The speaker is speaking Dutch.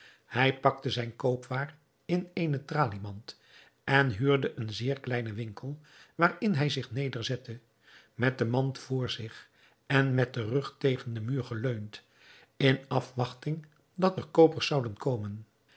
hij pakte zijne koopwaar in eene traliemand en huurde een zeer kleinen winkel waarin hij zich nederzette met de mand voor zich en met den rug tegen den muur geleund in afwachting dat er koopers zouden komen